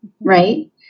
right